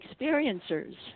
experiencers